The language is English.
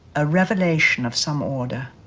a revelation of some order,